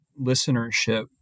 listenership